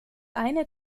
eine